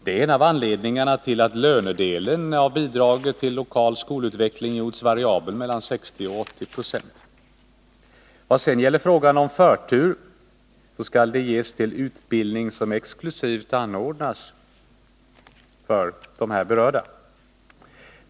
Det är en av anledningarna till att ”lönedelen” av bidraget till lokal skolutveckling gjorts variabel mellan 60 och 80 96. Vad sedan gäller frågan om förtur, så skall sådan ges till utbildning som exklusivt anordnas för de här berörda.